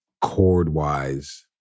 chord-wise